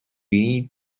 need